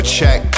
check